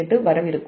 2548 வரவிருக்கும்